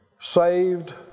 Saved